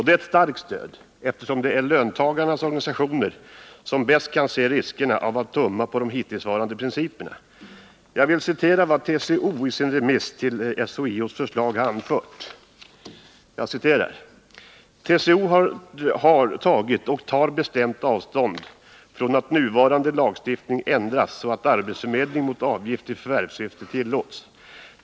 Det är ett starkt stöd, eftersom det är löntagarnas organisationer som bäst kan se riskerna av att tumma på de hittillsvarande principerna. Jag vill citera vad TCO anfört i sitt remissvar på SHIO:s förslag: ”TCO har tagit och tar bestämt avstånd från att nuvarande lagstiftning ändras så att arbetsförmedling mot avgift i förvärvssyfte tillåts.